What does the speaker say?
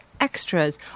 extras